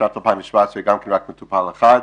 בשנת 2017 גם כן רק מטופל אחד.